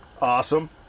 awesome